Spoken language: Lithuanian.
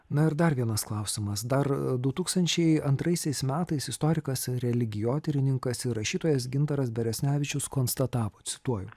na ir dar vienas klausimas dar du tūkstančiai antraisiais metais istorikas religijotyrininkas ir rašytojas gintaras beresnevičius konstatavo cituoju